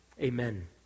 Amen